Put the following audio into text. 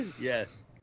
Yes